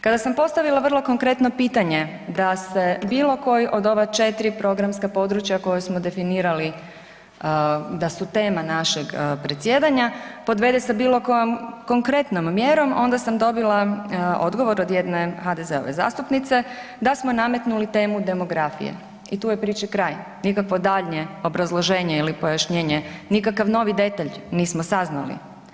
Kada sam postavila vrlo konkretno pitanje da se bilo koji od ova 4 programska područja koje smo definirali da su tema našeg predsjedanja, podvede sa bilo kojom konkretnom mjerom onda sam dobila odgovor od jedne HDZ-ove zastupnice da smo nametnuli temu demografije i tu je priči kraj, nikakvo daljnje obrazloženje ili pojašnjenje, nikakav novi detalj nismo saznali.